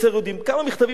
כמה מכתבים שאני מקבל.